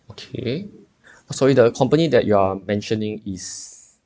okay sorry the company that you are mentioning is